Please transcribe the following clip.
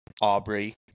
Aubrey